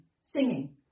singing